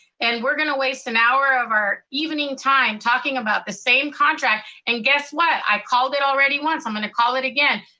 and we're gonna waste an hour of our evening time talking about the same contract. and guess what, i called it already once, i'm gonna call it again.